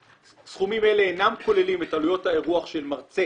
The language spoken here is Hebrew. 'סכומים אלה אינם כוללים את עלויות האירוח של מרצה,